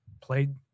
played